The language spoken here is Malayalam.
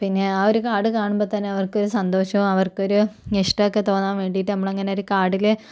പിന്നെ ആ ഒരു കാർഡ് കാണുമ്പം തന്നെ അവർക്കൊരു സന്തോഷമോ അവർക്കൊരു ഇഷ്ടമൊക്കെ തോന്നാൻ വേണ്ടിയിട്ട് നമ്മളങ്ങനെ ഒരു കാർഡിൽ